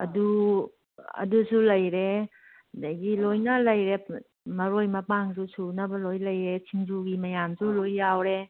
ꯑꯗꯨ ꯑꯗꯨꯁꯨ ꯂꯩꯔꯦ ꯑꯗꯒꯤ ꯂꯣꯏꯅ ꯂꯩꯔꯦ ꯃꯔꯣꯏ ꯃꯄꯥꯡꯁꯨ ꯁꯨꯅꯕ ꯂꯣꯏꯟ ꯂꯩꯌꯦ ꯁꯤꯡꯖꯨꯒꯤ ꯃꯌꯥꯟꯁꯨ ꯂꯣꯏ ꯌꯥꯎꯔꯦ